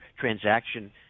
transaction